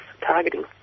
targeting